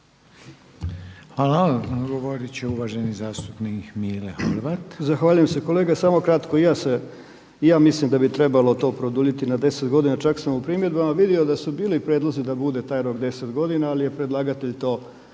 Hvala. Odgovorit će uvaženi zastupnik Miro Bulj.